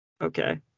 Okay